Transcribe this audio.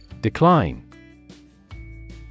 Decline